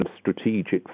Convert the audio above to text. strategic